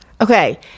Okay